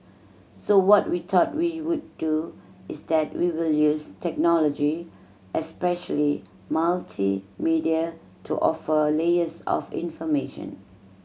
so what we thought we would do is that we will use technology especially multimedia to offer layers of information